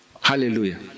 Hallelujah